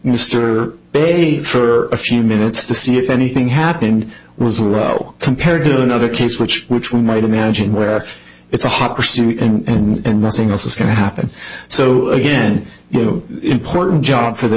mr bay for a few minutes to see if anything happened was compared to another case which which one might imagine where it's a hot pursuit and nothing else is going to happen so again you know important job for the